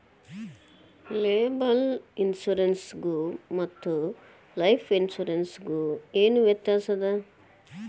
Liable insurance ಗು ಮತ್ತ life insurance ಗು ಏನ್ ವ್ಯಾತ್ಯಾಸದ?